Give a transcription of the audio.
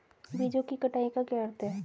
बीजों की कटाई का क्या अर्थ है?